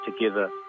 together